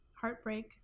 heartbreak